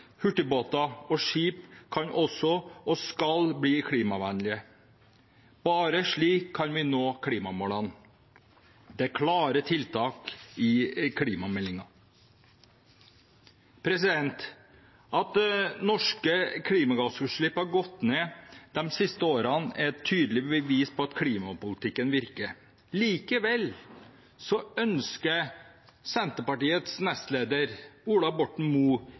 hurtigbåter og skip kan bli, og skal bli, klimavennlige. Bare slik kan vi nå klimamålene. Det er klare tiltak i klimameldingen. At norske klimagassutslipp har gått ned de siste årene, er et tydelig bevis på at klimapolitikken virker. Likevel ønsker Senterpartiets nestleder Ola Borten Moe